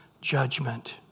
judgment